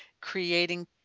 creating